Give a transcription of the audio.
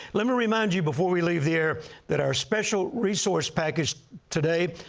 let me remind you before we leave here that our special resource package today,